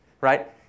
right